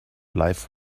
life